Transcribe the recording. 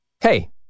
Hey